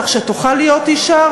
כך שתוכל להיות אישה,